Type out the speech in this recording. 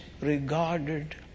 regarded